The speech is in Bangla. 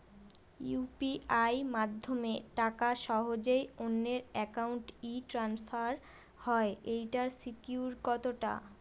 ইউ.পি.আই মাধ্যমে টাকা সহজেই অন্যের অ্যাকাউন্ট ই ট্রান্সফার হয় এইটার সিকিউর কত টা?